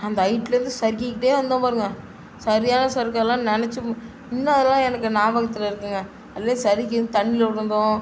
அந்த ஹைட்டுலேர்ந்து சறுக்கிக்கிட்டே வந்தோம் பாருங்கள் சரியான சறுக்கெலாம் நினச்சி இன்னும் அதெலாம் எனக்கு ஞாபகத்தில் இருக்குதுங்க அதிலே சறுக்கி வந்து தண்ணியில விழுந்தோம்